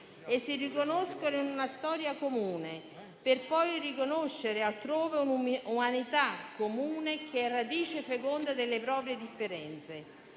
e si riconoscono in una storia comune, per poi riconoscere altrove una umanità comune che è radice feconda delle proprie differenze.